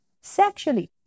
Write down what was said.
sexually